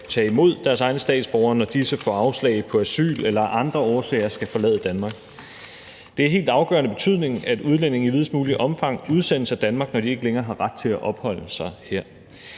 tage imod deres egne statsborgere, når disse får afslag på asyl eller af andre årsager skal forlade Danmark. Det er af helt afgørende betydning, at udlændinge i videst muligt omfang udsendes af Danmark, når de ikke længere har ret til at opholde sig her.